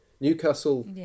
Newcastle